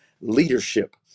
leadership